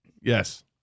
Yes